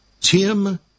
Tim